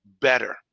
better